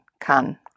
kann